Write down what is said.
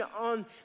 on